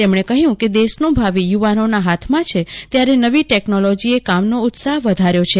તેમણે કહ્યું કે દેશનું ભાવિ યુવાનોના હાથમાં છે ત્યારે નવી ટેકનોલોજીએ કામનો ઉત્સાહ વધાર્યો છે